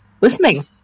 listening